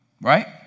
Right